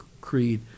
creed